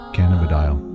Cannabidiol